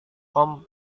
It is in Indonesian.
tom